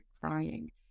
crying